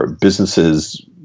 businesses –